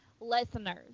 listeners